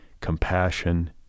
compassion